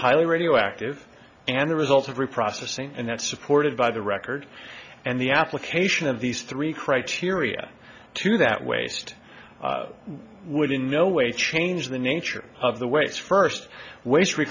highly radioactive and the result of reprocessing and that supported by the record and the application of these three criteria to that waste would in no way change the nature of the way it's first waste re